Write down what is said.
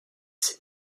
ces